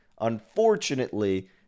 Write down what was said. unfortunately